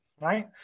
right